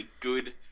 good